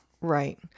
Right